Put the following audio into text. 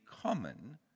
common